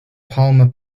palmer